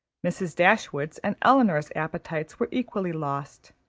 mrs. dashwood's and elinor's appetites were equally lost,